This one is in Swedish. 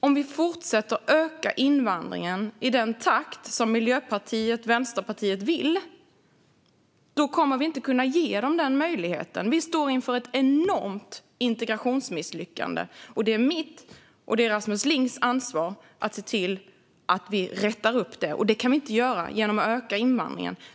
Om vi fortsätter öka invandringen i den takt som Miljöpartiet och Vänsterpartiet vill kommer vi inte att kunna ge dem denna möjlighet. Vi står inför ett enormt integrationsmisslyckande. Det är mitt och Rasmus Lings ansvar att se till att vi rättar till det. Det kan vi inte göra genom att öka invandringen.